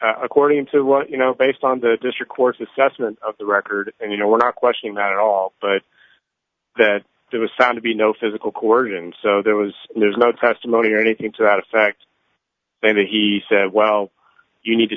then according to what you know based on the district court's assessment of the record and you know we're not questioning that at all but that there was found to be no physical cord and so there was there's no testimony or anything to that effect then he said well you need to